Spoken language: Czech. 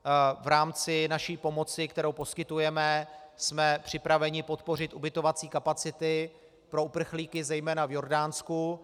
V rámci naší pomoci, kterou poskytujeme, jsme připraveni podpořit ubytovací kapacity pro uprchlíky zejména v Jordánsku.